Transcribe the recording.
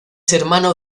hermano